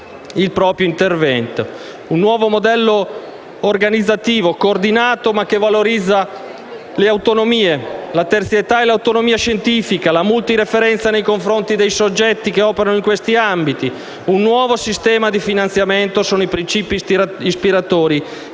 un nuovo sistema di finanziamento sono i principi ispiratori